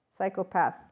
psychopaths